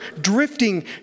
drifting